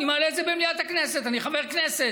אני מעלה את זה במליאת הכנסת, אני חבר כנסת.